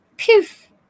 Poof